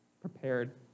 prepared